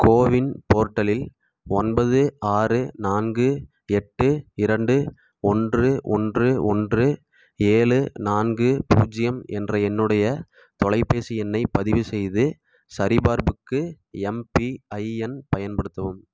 CoWIN போர்ட்டலில் ஒன்பது ஆறு நான்கு எட்டு இரண்டு ஒன்று ஒன்று ஒன்று ஏழு நான்கு பூஜ்ஜியம் என்ற என்னுடைய தொலைபேசி எண்ணைப் பதிவு செய்து சரிபார்ப்புக்கு எம்பிஐஎன் பயன்படுத்தவும்